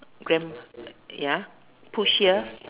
grand ya push here